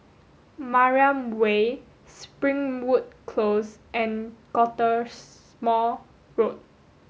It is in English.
Mariam Way Springwood Close and Cottesmore Road